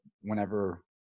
whenever